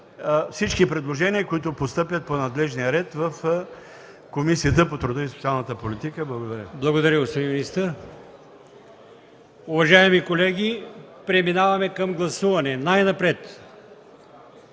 всички предложения, които постъпят по надлежния ред в Комисията по труда и социалната политика. Благодаря. ПРЕДСЕДАТЕЛ АЛИОСМАН ИМАМОВ: Благодаря, господин министър. Уважаеми колеги, преминаваме към гласуване. Най-напред